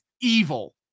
evil